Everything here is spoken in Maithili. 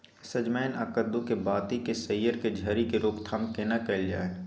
सजमैन आ कद्दू के बाती के सईर के झरि के रोकथाम केना कैल जाय?